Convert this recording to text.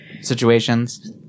situations